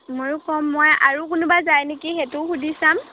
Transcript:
মইয়ো ক'ম মই আৰু কোনোবা যায় নেকি সেইটোও সুধি চাম